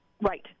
Right